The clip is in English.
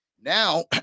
Now